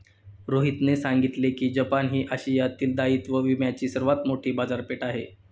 रोहितने सांगितले की जपान ही आशियातील दायित्व विम्याची सर्वात मोठी बाजारपेठ आहे